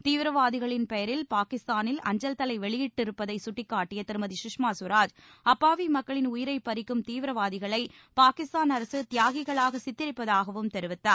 தீவிரவாதிகளின் பெயரில் பாகிஸ்தானில் அஞ்சல்தலை வெளியிடப்பட்டிருப்பதை சுட்டிக்காட்டிய திருமதி குஷ்மா ஸ்வராஜ் அப்பாவி மக்களின் உயிரைப் பறிக்கும் தீவிரவாதிகளை பாகிஸ்தான் அரசு தியாகிகளாக சித்திரிப்பதாகவும் தெரிவித்தார்